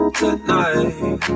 tonight